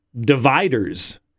dividers